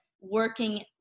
working